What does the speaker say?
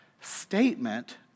statement